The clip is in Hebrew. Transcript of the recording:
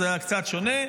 אז היה קצת שונה,